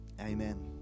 amen